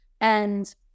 And-